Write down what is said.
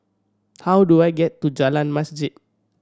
how do I get to Jalan Masjid